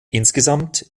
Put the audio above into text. insgesamt